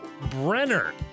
Brenner